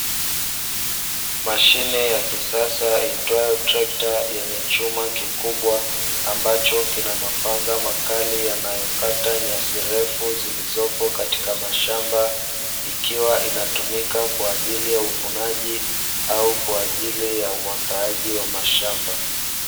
Mashine ya kisasa iitwayo trekta yenye chuma kikubwa ambacho kina mapanga makali yanayokata nyasi refu zilizopo katika mashamba, ikiwa inatumika kwajili ya uvunaji au kwajili ya uandaaji wa mashamba.